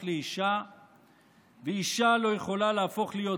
לאישה ואישה לא יכולה להפוך להיות איש,